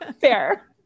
fair